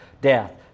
death